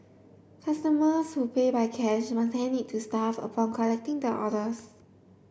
customers who pay by cash must hand it to staff upon collecting their orders